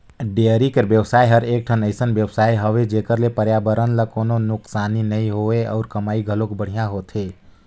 dairy कर बेवसाय हर एकठन अइसन बेवसाय हवे जेखर ले परयाबरन ल कोनों नुकसानी नइ होय अउ कमई घलोक बने होथे